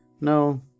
No